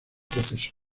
proceso